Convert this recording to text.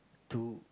two